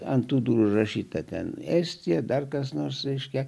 ant durų užrašyta ten estija dar kas nors reiškia